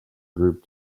group